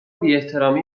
بیاحترامی